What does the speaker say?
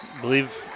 believe –